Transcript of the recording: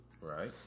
Right